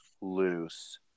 loose